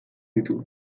ditu